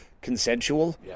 consensual